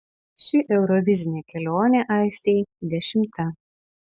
ši eurovizinė kelionė aistei dešimta